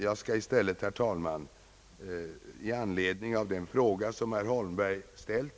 Jag skall i stället, herr talman, besvara den fråga som herr Holmberg ställt.